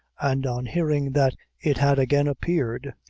and on hearing that it had again appeared,